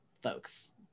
folks